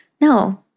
no